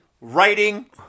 writing